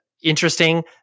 interesting